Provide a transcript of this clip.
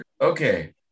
Okay